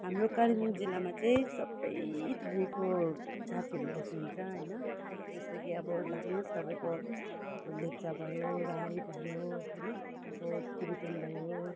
हाम्रो कालिम्पोङ जिल्लामा चाहिँ सबै थरीको जातिहरू बस्नु हुन्छ होइन जस्तै कि अब लाग्नु होस् तपाईँको अब लेप्चा भयो राई भयो होइन अब टिबेटन भयो